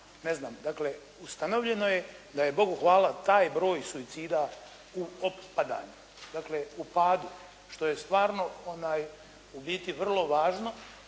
ovamo, dakle ustanovljeno je da je Bogu hvala taj broj suicida u opadanju. Dakle, u padu je, što je stvarno ubiti vrlo važno